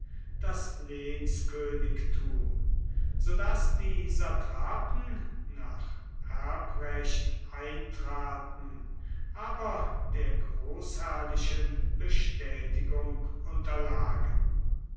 das lehnskönigtum so daß die satrapen nach erbrecht eintraten aber der großherrlichen bestätigung unterlagen